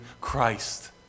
Christ